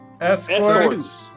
escorts